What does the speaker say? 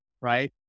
right